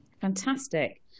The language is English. fantastic